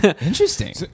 Interesting